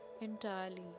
entirely